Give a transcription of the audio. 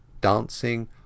dancing